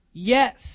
Yes